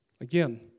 Again